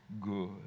good